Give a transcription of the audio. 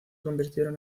convirtieron